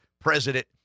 president